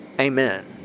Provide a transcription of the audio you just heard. Amen